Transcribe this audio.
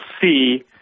see